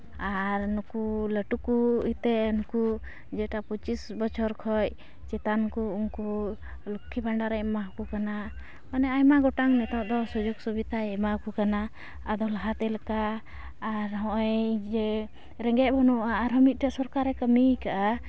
ᱟᱨ ᱱᱩᱠᱩ ᱞᱟᱹᱴᱩ ᱠᱚ ᱤᱭᱟᱹ ᱛᱮ ᱱᱩᱠᱩ ᱡᱮᱴᱟ ᱯᱚᱸᱪᱤᱥ ᱵᱚᱪᱷᱚᱨ ᱠᱷᱚᱱ ᱡᱮᱴᱟ ᱩᱱᱠᱩ ᱩᱱᱠᱩ ᱞᱚᱠᱠᱷᱤ ᱵᱷᱟᱱᱰᱟᱨᱮᱭ ᱮᱢᱟᱣᱟᱠᱚ ᱠᱟᱱᱟ ᱢᱟᱱᱮ ᱟᱭᱢᱟ ᱜᱚᱴᱟᱝ ᱱᱤᱛᱳᱜ ᱫᱚ ᱥᱩᱡᱳᱜᱽ ᱥᱩᱵᱤᱫᱟᱭ ᱮᱢᱟᱣᱟᱠᱚ ᱠᱟᱱᱟ ᱟᱫᱚ ᱞᱟᱦᱟᱛᱮ ᱞᱮᱠᱟ ᱟᱨ ᱦᱚᱸᱜᱼᱚᱭ ᱡᱮ ᱨᱮᱸᱜᱮᱡ ᱵᱟᱹᱱᱩᱜᱼᱟ ᱟᱨᱦᱚᱸ ᱢᱤᱫᱴᱮᱱ ᱥᱚᱨᱠᱟᱨᱮ ᱠᱟᱹᱢᱤᱭ ᱟᱠᱟᱜᱼᱟ